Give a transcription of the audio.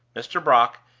mr. brock,